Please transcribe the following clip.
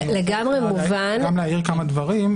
גם להעיר כמה דברים,